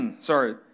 sorry